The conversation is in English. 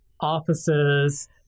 offices